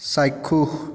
চাক্ষুষ